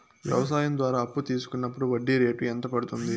వ్యవసాయం ద్వారా అప్పు తీసుకున్నప్పుడు వడ్డీ రేటు ఎంత పడ్తుంది